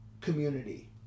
community